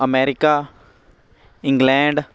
America England